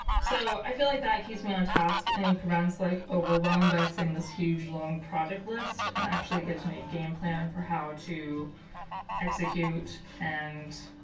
so i feel like that keeps me on task and and prevents like overwhelm by seeing this huge long project list and actually gives me a game plan for how to execute and